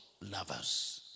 lovers